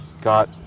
got